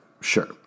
Sure